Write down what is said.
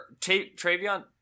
Travion